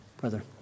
Brother